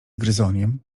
gryzoniem